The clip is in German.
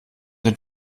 den